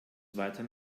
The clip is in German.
weiter